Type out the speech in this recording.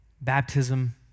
Baptism